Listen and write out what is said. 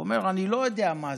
הוא אומר: אני לא יודע מה זה,